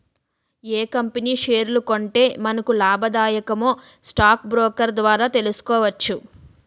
ఏ company షేర్లు కొంటే మనకు లాభాదాయకమో స్టాక్ బ్రోకర్ ద్వారా తెలుసుకోవచ్చు